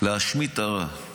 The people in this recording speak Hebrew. להשמיד את הרע,